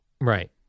Right